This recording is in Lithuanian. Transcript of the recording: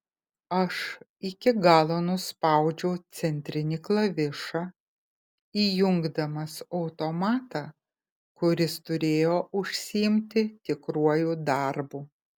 aš iki galo nuspaudžiau centrinį klavišą įjungdamas automatą kuris turėjo užsiimti tikruoju darbu